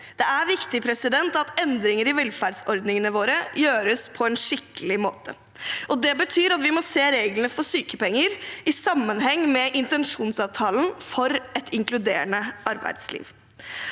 det er viktig at endringer i velferdsordningene våre gjøres på en skikkelig måte. Det betyr at vi må se reglene for sykepenger i sammenheng med intensjonsavtalen for et inkluderende arbeidsliv.